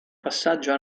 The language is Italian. passaggio